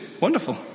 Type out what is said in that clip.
wonderful